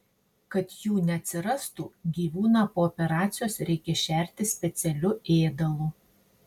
kad jų neatsirastų gyvūną po operacijos reikia šerti specialiu ėdalu